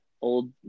old